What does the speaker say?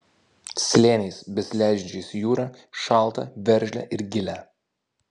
slėniais besileidžiančiais į jūrą šaltą veržlią ir gilią